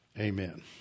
Amen